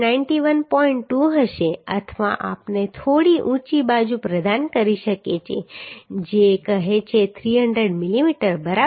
2 હશે અથવા આપણે થોડી ઊંચી બાજુ પ્રદાન કરી શકે છે જે કહે છે 300 મિલીમીટર બરાબર